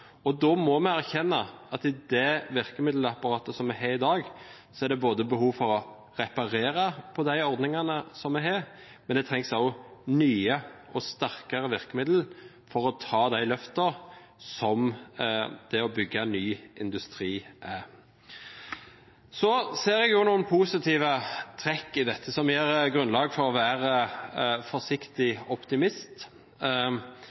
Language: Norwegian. verdiskapingen. Da må vi erkjenne at i det virkemiddelapparatet som vi har i dag, er det behov for å reparere på de ordningene vi har, men det trengs også nye og sterkere virkemidler for å ta de løftene som det å bygge ny industri er. Så ser jeg også noen positive trekk i dette som gir grunnlag for å være forsiktig optimist.